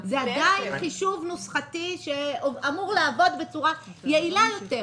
זה עדיין חישוב נוסחתי שאמור לעבוד בצורה יעילה יותר.